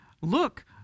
Look